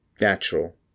natural